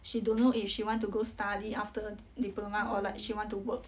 she don't know if she want to go study after diploma or like she want to work